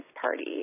party